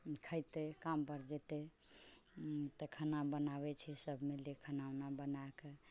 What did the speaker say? खेतै कामपर जेतै तऽ खाना बनाबै छी सब मिलिकऽ खाना उना बनाकऽ